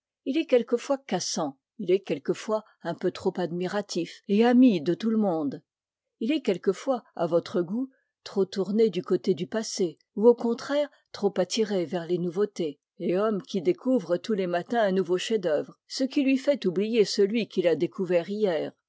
il est quelquefois cassant il est quelquefois un peu trop admiratif et ami de tout le monde il est quelquefois à votre goût trop tourné du côté du passé ou au contraire trop attiré vers les nouveautés et homme qui découvre tous les matins un nouveau chef-d'œuvre ce qui lui fait oublier celui qu'il a découvert hier